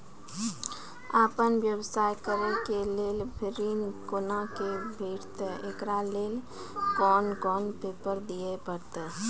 आपन व्यवसाय करै के लेल ऋण कुना के भेंटते एकरा लेल कौन कौन पेपर दिए परतै?